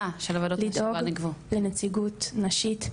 לדאוג לנציגות נשית,